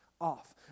off